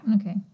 Okay